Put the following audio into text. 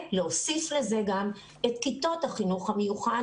להוסיף לזה גם את כיתות החינוך המיוחד